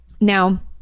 Now